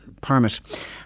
permit